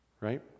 right